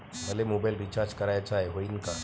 मले mobile recharge कराचा हाय, होईनं का?